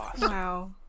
Wow